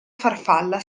farfalla